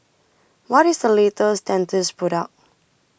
What IS The latest Dentiste Product